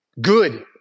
Good